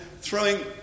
throwing